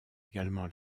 également